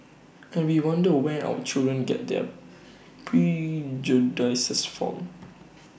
and we wonder where our children get their prejudices from